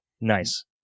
Nice